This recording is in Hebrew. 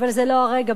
אבל זה לא הרגע,